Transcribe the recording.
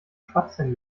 spatzen